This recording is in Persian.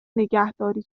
نگهداری